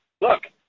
Look